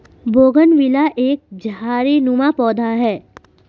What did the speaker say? bougainvillea एक झाड़ीनुमा पौधा है